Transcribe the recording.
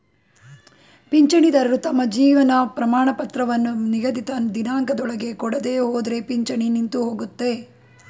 ಪಿಂಚಣಿದಾರರು ತಮ್ಮ ಜೀವನ ಪ್ರಮಾಣಪತ್ರವನ್ನು ನಿಗದಿತ ದಿನಾಂಕದೊಳಗೆ ಕೊಡದೆಹೋದ್ರೆ ಪಿಂಚಣಿ ನಿಂತುಹೋಗುತ್ತೆ